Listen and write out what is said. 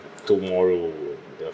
tomorrow the